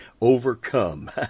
overcome